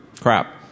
crap